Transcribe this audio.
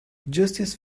justice